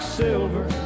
silver